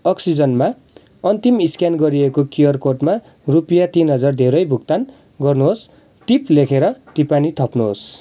अक्सिजनमा अन्तिम स्क्यान गरिएको क्युआर कोडमा रुपियाँ तिन हजार धेरै भुक्तान गर्नुहोस टिप लेखेर टिप्पाणी थप्नुहोस्